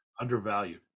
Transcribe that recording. undervalued